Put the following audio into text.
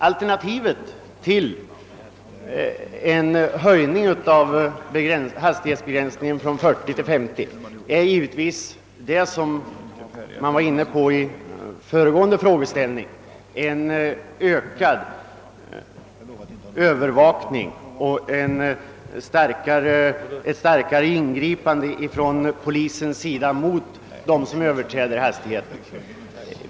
Alternativet till en höjning av hastighetsgränsen från 40 till 50 km är givetvis det som diskuterades med anledning av herr Odhes fråga, nämligen en ökad övervakning och ett effektivare ingripande från polisens sida mot dem som överträder hastighetsgränsen.